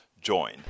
join